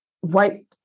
white